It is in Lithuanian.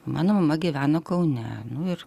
mano mama gyveno kaune ir